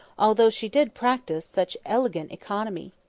although she did practise such elegant economy.